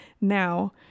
now